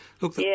Look